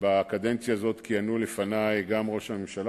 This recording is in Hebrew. בקדנציה הזאת כיהנו לפני גם ראש הממשלה,